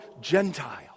Gentile